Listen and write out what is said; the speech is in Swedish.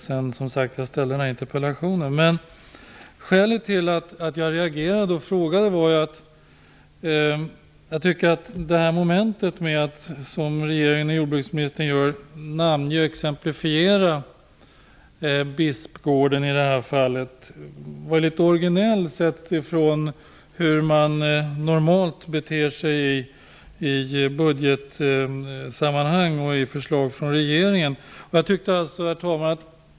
Skälet till att jag reagerade är att det är litet orginellt att namnge Bispgården och exemplifiera på det sätt som jordbruksministern och regeringen nu gör i förhållande till hur man normalt beter sig i budgetsammanhang vad gäller förslag från regeringen. Herr talman!